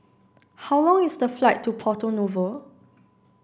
how long is the flight to Porto Novo